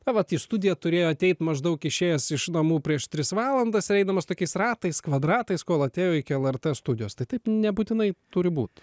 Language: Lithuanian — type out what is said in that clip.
na vat į studiją turėjo ateit maždaug išėjęs iš namų prieš tris valandas ir eidamas tokiais ratais kvadratais kol atėjo iki lrt studijos tai taip nebūtinai turi būt